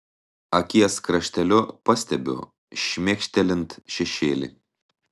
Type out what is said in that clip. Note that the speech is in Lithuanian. akies krašteliu pastebiu šmėkštelint šešėlį